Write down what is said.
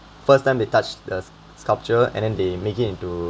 first time they touched the sculpture and then they make it into